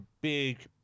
big